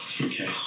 Okay